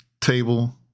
table